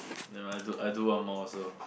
never mind I do I do one more also